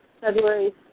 February